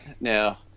now